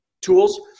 tools